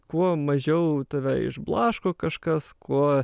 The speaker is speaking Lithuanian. kuo mažiau tave išblaško kažkas kuo